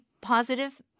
positive